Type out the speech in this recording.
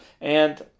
and—